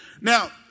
Now